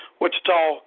Wichita